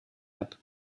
heb